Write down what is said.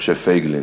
משה פייגלין.